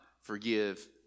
forgive